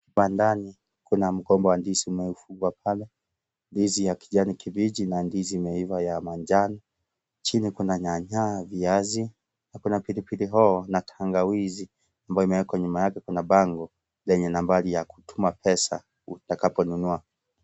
Kibandani. Kuna mgomba wa ndizi uliofungwa pale. Ndizi ya kijani kibichi na ndizi imeiva ya manjano. Chini kuna nyanya, viazi na pilipili hoho na tangawizi ambayo imewekwa nyuma yake. Kuna bango lenye nambari ya kutumia pesa unaponumua.